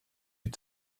you